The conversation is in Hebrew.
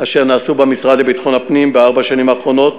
אשר נעשתה במשרד לביטחון הפנים בארבע השנים האחרונות,